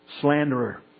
slanderer